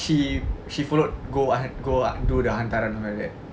she she followed go go do the hantaran like that